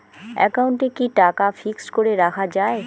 একাউন্টে কি টাকা ফিক্সড করে রাখা যায়?